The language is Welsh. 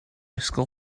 ysgol